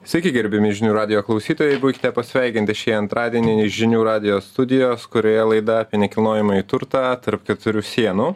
sveiki gerbiami žinių radijo klausytojai būkite pasveikinti šį antradienį iš žinių radijo studijos kurioje laida apie nekilnojamąjį turtą tarp keturių sienų